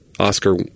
Oscar